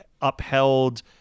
upheld